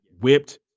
whipped